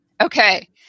Okay